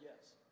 yes